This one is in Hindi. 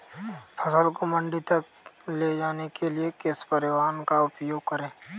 फसल को मंडी तक ले जाने के लिए किस परिवहन का उपयोग करें?